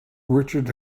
richard